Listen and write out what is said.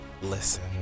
Listen